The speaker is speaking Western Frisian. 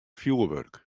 fjoerwurk